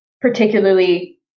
particularly